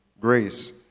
Grace